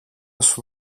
σου